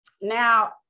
now